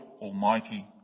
Almighty